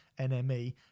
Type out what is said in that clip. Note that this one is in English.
NME